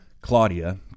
claudia